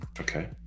Okay